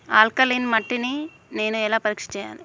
Alkaline మట్టి ని నేను ఎలా పరీక్ష చేయాలి?